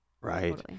Right